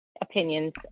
opinions